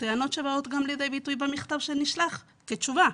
טענות שבאות לידי ביטוי גם במכתב שנשלח כתשובה.